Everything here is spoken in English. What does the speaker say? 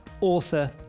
author